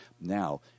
Now